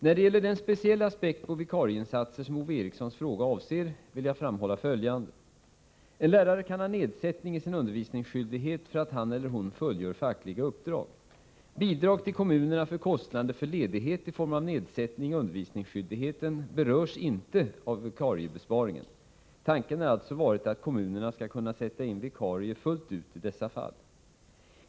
När det gäller den speciella aspekt på vikarieinsatser som Ove Erikssons fråga avser vill jag framhålla följande. En lärare kan ha nedsättning i sin undervisningsskyldighet för att han eller hon fullgör fackliga uppdrag. Bidrag till kommunerna för kostnader för ledighet i form av nedsättning i undervisningsskyldigheten berörs inte av vikariebesparingen. Tanken har alltså varit att kommunerna skall kunna sätta in vikarie fullt ut i dessa fall.